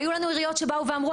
והיו לנו עיריות שבאו ואמרו,